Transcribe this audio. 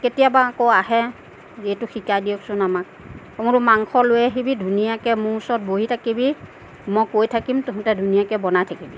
কেতিয়াবা আকৌ আহে এইটো শিকাই দিয়কচোন আমাক মই বোলো মাংস লৈ আহিবি ধুনীয়াকে মোৰ ওচৰত বহি থাকিবি মই কৈ থাকিম তহঁতে ধুনীয়াকে বনাই থাকিবি